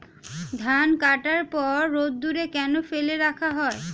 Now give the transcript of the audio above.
ধান কাটার পর রোদ্দুরে কেন ফেলে রাখা হয়?